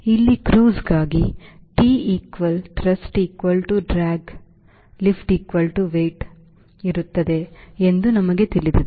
ಇಲ್ಲಿ ಕ್ರೂಸ್ಗಾಗಿ T equal thrust equal to drag lift equal to weight ಗಿರುತ್ತದೆ ಎಂದು ನಮಗೆ ತಿಳಿದಿದೆ